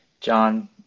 John